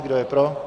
Kdo je pro?